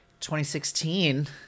2016